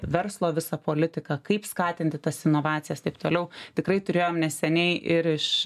verslo visą politiką kaip skatinti tas inovacijas taip toliau tikrai turėjom neseniai ir iš